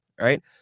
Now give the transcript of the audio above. Right